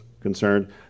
concerned